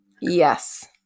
Yes